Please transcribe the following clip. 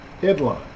Headline